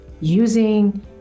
using